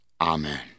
Amen